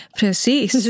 precies